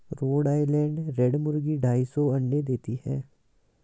road Island Red मुर्गी ढाई सौ अंडे देती है